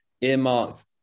earmarked